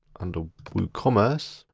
under woocommerce,